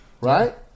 right